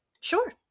Sure